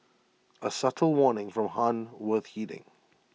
A subtle warning from han worth heeding